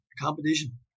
competition